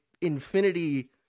infinity